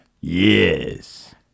Yes